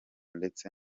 ndetse